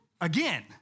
again